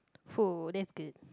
that's good